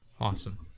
awesome